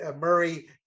Murray